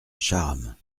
charmes